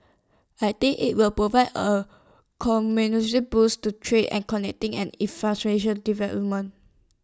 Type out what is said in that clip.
I think IT will provide A boost to trade and infrastructure development